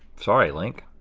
sorry link.